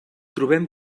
trobem